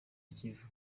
kivu